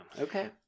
okay